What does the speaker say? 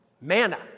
manna